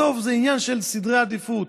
בסוף זה עניין של סדרי עדיפויות.